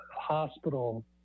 hospital